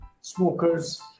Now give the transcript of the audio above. smokers